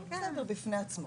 בפני עצמו,